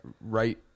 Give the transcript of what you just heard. right